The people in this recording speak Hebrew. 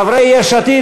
חברי יש עתיד,